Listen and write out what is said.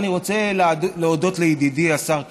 אני רוצה להודות לידידי השר כץ,